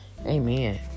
Amen